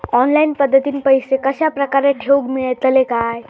Online पद्धतीन पैसे कश्या प्रकारे ठेऊक मेळतले काय?